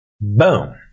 Boom